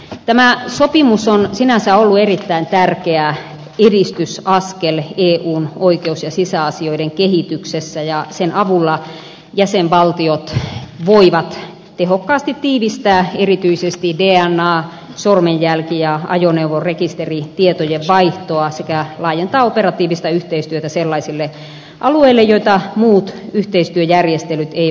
tämä sopimus on sinänsä ollut erittäin tärkeä edistysaskel eun oikeus ja sisäasioiden kehityksessä ja sen avulla jäsenvaltiot voivat tehokkaasti tiivistää erityisesti dna sormenjälki ja ajoneuvorekisteritietojen vaihtoa sekä laajentaa operatiivista yhteistyötä sellaisille alueille joita muut yhteistyöjärjestelyt eivät kata